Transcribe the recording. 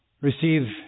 receive